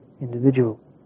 individual